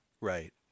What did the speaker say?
right